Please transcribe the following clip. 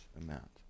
amount